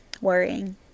worrying